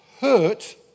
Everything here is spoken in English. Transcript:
hurt